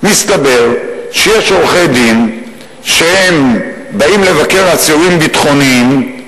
מסתבר שיש עורכי-דין שבאים לבקר אסירים ביטחוניים,